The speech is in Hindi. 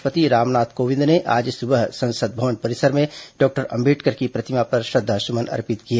राष्ट्र पति रामनाथ कोविंद ने आज सुबह संसद भवन परिसर में डॉक्टर अंबेडकर की प्रतिमा पर श्रद्वा सुमन अर्पित किए